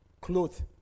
clothes